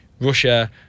Russia